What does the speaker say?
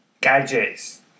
gadgets